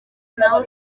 naho